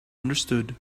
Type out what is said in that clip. understood